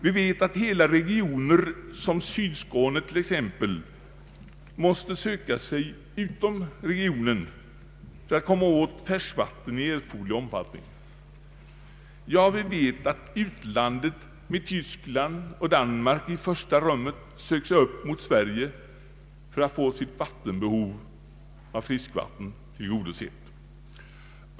Vi vet att hela regioner såsom t.ex. Sydskåne måste söka sig utanför regionen för att komma åt färskvatten i erforderlig omfattning. Ja, vi vet att utlandet med Tyskland och Danmark i första rummet söker sig upp mot Sverige för att få sitt behov av friskvatten tillgodosett.